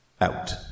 out